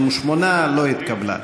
58. לא התקבלה.